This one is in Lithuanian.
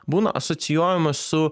būna asocijuojamas su